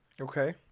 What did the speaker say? Okay